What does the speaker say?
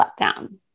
letdown